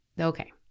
okay